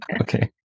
Okay